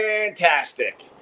fantastic